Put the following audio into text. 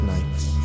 Nights